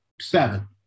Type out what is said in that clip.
Seven